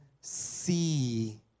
see